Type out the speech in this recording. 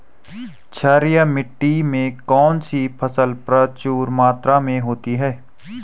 क्षारीय मिट्टी में कौन सी फसल प्रचुर मात्रा में होती है?